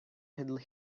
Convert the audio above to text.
could